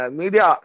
media